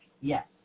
Yes